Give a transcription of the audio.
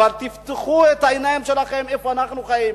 אבל תפתחו את העיניים שלכם איפה אנחנו חיים,